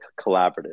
collaborative